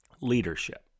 Leadership